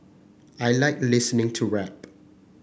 I like listening to rap